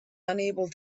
unable